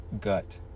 gut